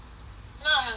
now I hungry you see